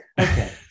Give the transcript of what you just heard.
Okay